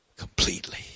Completely